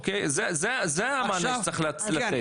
זה המענה שצריך לתת.